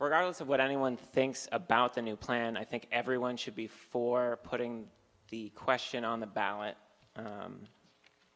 was of what anyone thinks about the new plan i think everyone should be for putting the question on the ballot